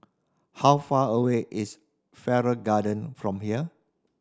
how far away is Farrer Garden from here